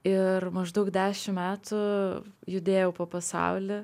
ir maždaug dešim metų judėjau po pasaulį